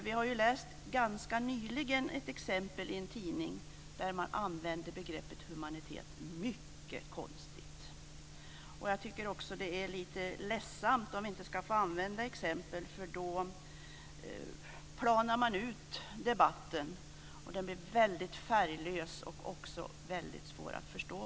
Vi har ju ganska nyligen läst om ett exempel i en tidning där man använder begreppet humanitet mycket konstigt. Jag tycker också att det är lite ledsamt om vi inte ska få använda exempel. Då planar man ut debatten och den blir väldigt färglös och många gånger även mycket svår att förstå.